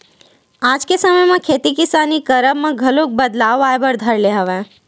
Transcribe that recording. आज के समे म खेती किसानी करब म घलो बदलाव आय बर धर ले हवय